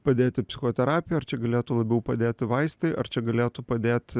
padėti psichoterapija ar čia galėtų labiau padėti vaistai ar čia galėtų padėt